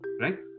right